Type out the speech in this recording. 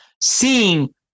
seeing